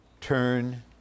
Turn